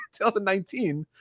2019